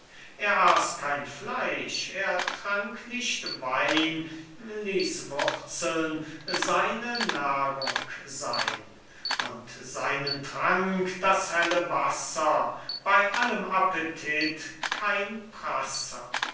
er aß kein fleisch er trank nicht wein ließ wurzeln seine nahrung sein und seinen trank das helle wasser bei allem appetit kein